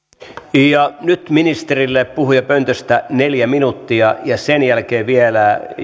nyt ministerille puhujapöntöstä neljä minuuttia ja sen jälkeen vielä